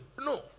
No